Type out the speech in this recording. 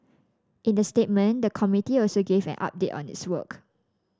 in the statement the committee also gave an update on its work